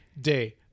day